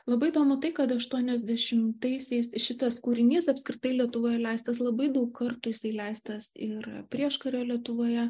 labai įdomu tai kad aštuoniasdešimtaisiais šitas kūrinys apskritai lietuvoje leistas labai daug kartų jisai leistas ir prieškario lietuvoje